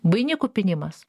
vainikų pynimas